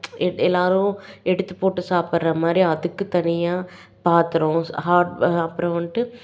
எட் எல்லாேரும் எடுத்துப் போட்டு சாப்பிட்ற மாதிரி அதுக்கு தனியாக பாத்திரம் ஸ் ஹாட் அப்புறம் வந்துட்டு